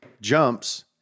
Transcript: jumps